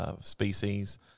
species